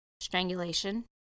strangulation